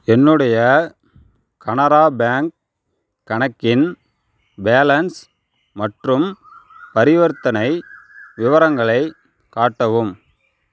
என்னுடைய கனரா பேங்க் கணக்கின் பேலன்ஸ் மற்றும் பரிவர்த்தனை விவரங்களை காட்டவும்